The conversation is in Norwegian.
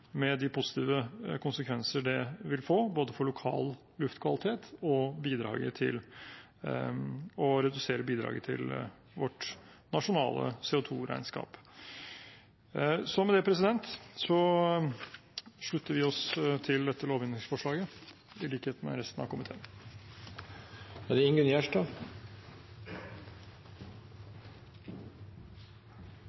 med de positive konsekvenser det vil få både for lokal luftkvalitet og for reduksjon av bidraget til vårt nasjonale CO 2 -regnskap. Med det slutter vi oss til dette lovendringsforslaget, i likhet med resten av komiteen. Eg deler representanten Astrup sin visjon om nullutslepp i transportsektoren. For SV er det